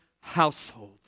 household